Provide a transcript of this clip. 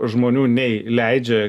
žmonių nei leidžia